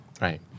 Right